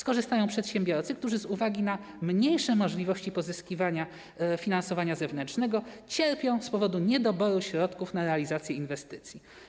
Skorzystają przedsiębiorcy, którzy z uwagi na mniejsze możliwości pozyskiwania finansowania zewnętrznego cierpią z powodu niedoboru środków na realizację inwestycji.